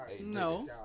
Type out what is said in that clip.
No